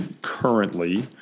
currently